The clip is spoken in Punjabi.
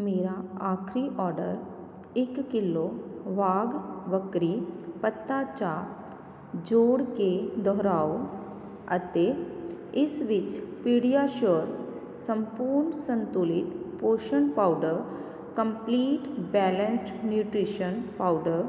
ਮੇਰਾ ਆਖਰੀ ਓਰਡਰ ਇੱਕ ਕਿੱਲੋ ਵਾਘ ਵਕਰੀ ਪੱਤਾ ਚਾਹ ਜੋੜ ਕੇ ਦੁਹਰਾਓ ਅਤੇ ਇਸ ਵਿੱਚ ਪੀਡੀਆਸ਼ੋਰ ਸੰਪੂਰਨ ਸੰਤੁਲਿਤ ਪੋਸ਼ਣ powder complete balance nutrition powder